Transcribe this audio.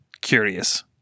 curious